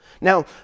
Now